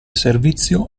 servizio